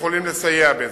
שיכולים לסייע בזה.